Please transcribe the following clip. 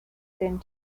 sent